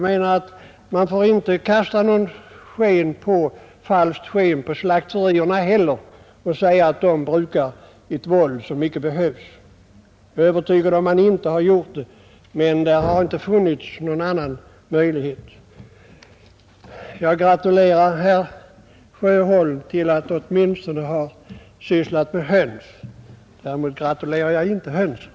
Man får inte kasta något falskt sken på slakterierna heller och säga att de brukar ett våld som inte behövs. Jag gratulerar herr Sjöholm till att åtminstone ha sysslat med höns — däremot gratulerar jag inte hönsen.